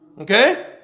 Okay